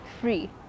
free